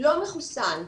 לא מחוסן.